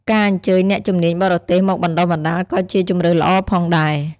ការអញ្ជើញអ្នកជំនាញបរទេសមកបណ្តុះបណ្តាលក៏ជាជម្រើសល្អផងដែរ។